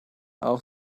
auch